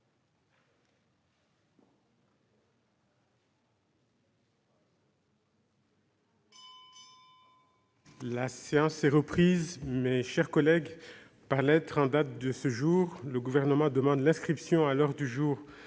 La séance est reprise. Mes chers collègues, par lettre en date de ce jour, le Gouvernement demande l'inscription à l'ordre du jour